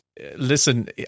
listen